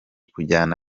kujyana